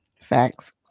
Facts